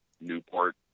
Newport